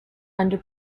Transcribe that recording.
under